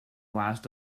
last